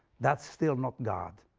that's still not god.